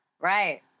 Right